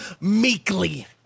meekly